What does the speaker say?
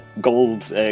gold